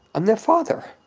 i'm their father